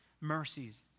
mercies